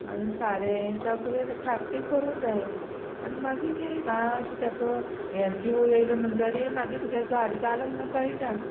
सारे सगलें ठापटीप करूं जाये आनी मागीर ती मातशें तेका जीव येयलो म्हणटरेर मागीर तुगे झाडां जाला म्हण कळटा